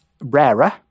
rarer